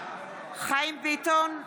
חיים ביטון,